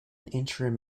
interim